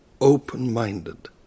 open-minded